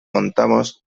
montamos